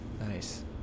Nice